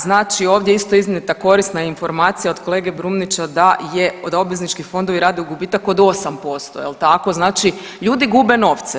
Znači ovdje je isto iznijeta korisna informacija od kolege Brumnića da obveznički fondovi rade gubitak od 8% jel tako, znači ljudi gube novce.